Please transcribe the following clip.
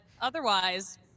otherwise